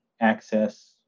access